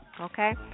Okay